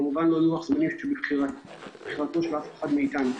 הוא כמובן לא לוח זמנים שהוא בחירה של אף אחד מאיתנו,